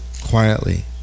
quietly